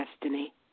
destiny